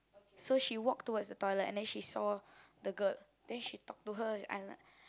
so she walked towards the toilet and then she saw the girl then she talk to her